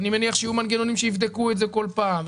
אני מניח שיהיו מנגנונים שיבדקו את זה בכל פעם,